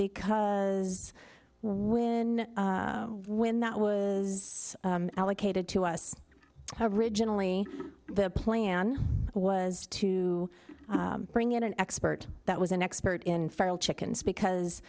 because when when that was allocated to us of originally the plan was to bring in an expert that was an expert in feral chickens because